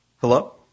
Hello